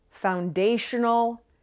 foundational